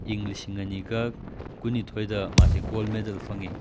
ꯏꯪ ꯂꯤꯁꯤꯡ ꯑꯅꯤꯒ ꯀꯨꯟꯅꯤꯊꯣꯏꯗ ꯃꯥꯁꯤ ꯒꯣꯜ ꯃꯦꯗꯜ ꯐꯪꯉꯤ